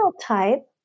type